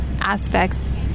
aspects